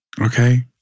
Okay